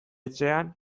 etxean